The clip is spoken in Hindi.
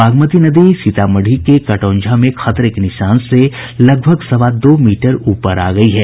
बागमती नदी सीतामढ़ी के कटौंझा में खतरे के निशान से करीब सवा दो मीटर ऊपर आ गयी है